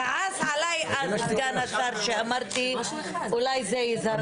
כעס עליי אז הסגן השר שאמרתי אולי זה יזרז.